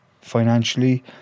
financially